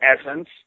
Essence